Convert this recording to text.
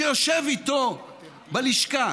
שיושב איתו בלשכה,